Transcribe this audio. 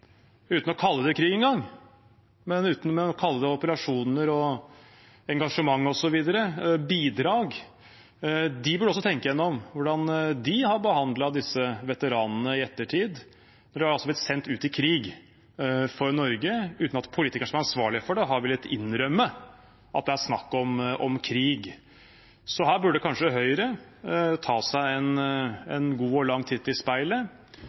krig – uten engang å kalle det krig, men operasjoner og engasjement, bidrag osv. – burde også tenke igjennom hvordan de har behandlet disse veteranene i ettertid. For de ble altså sendt ut i krig for Norge, uten at politikerne som er ansvarlige for det, har villet innrømme at det er snakk om krig. Så her burde kanskje Høyre ta seg en god og lang titt i speilet,